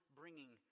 bringing